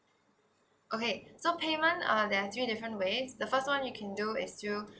okay so payment uh there are three different ways the first one you can do is through